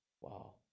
wow